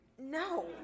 No